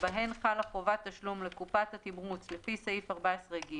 שבהן חלה חובת תשלום לקופת התמרוץ לפי סעיף 14ג,